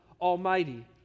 Almighty